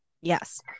yes